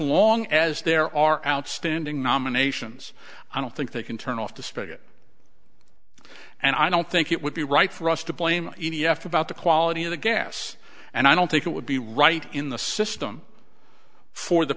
long as there are outstanding nominations i don't think they can turn off the spigot and i don't think it would be right for us to blame e d f about the quality of the gas and i don't think it would be right in the system for the